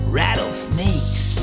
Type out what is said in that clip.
rattlesnakes